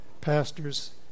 pastors